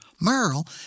Merle